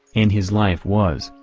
and his life was,